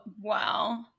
Wow